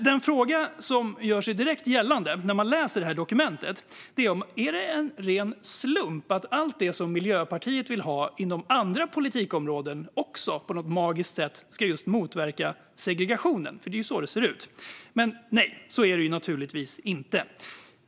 Den fråga som gör sig direkt gällande när man läser det här dokumentet är om det är ren slump att allt det som Miljöpartiet vill ha inom andra politikområden också på något magiskt sätt ska just motverka segregationen, för det är ju så det ser ut. Men nej, så är det naturligtvis inte.